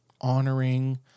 honoring